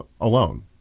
alone